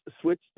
switch